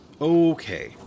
Okay